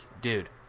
dude